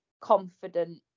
confident